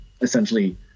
essentially